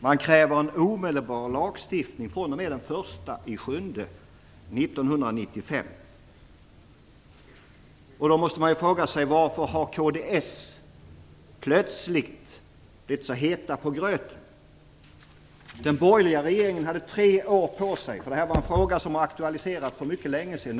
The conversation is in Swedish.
Man kräver att en lagstiftning införs omedelbart, fr.o.m. den 1 juli 1995. Jag frågar mig då: Varför har man i kds plötsligt blivit så het på gröten? Det här var en fråga som aktualiserades för mycket länge sedan.